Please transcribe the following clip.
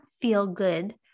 feel-good